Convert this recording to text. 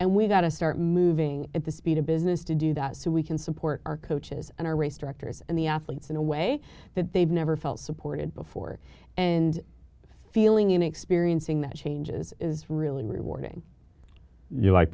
and we've got to start moving at the speed of business to do that so we can support our coaches and our race directors and the athletes in a way that they've never felt supported before and feeling in experiencing that changes is really rewarding you